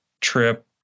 trip